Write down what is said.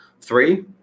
three